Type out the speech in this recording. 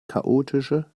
chaotische